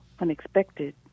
unexpected